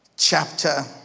Chapter